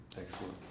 Excellent